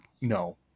No